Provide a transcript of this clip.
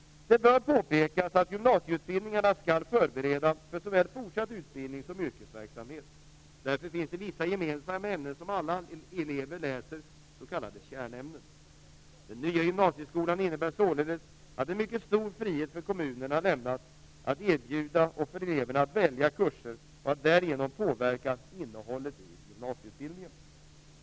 Det bör påpekas att gymnasieutbildningarna skall förbereda för såväl fortsatt utbildning som yrkesverksamhet. Därför finns det vissa gemensamma ämnen som alla elever läser, s.k. kärnämnen. Den nya gymnasieskolan innebär således en mycket stor frihet för kommunerna att erbjuda och för eleverna att välja kurser och därigenom påverka innehållet i gymnasieutbildningen.